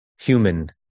human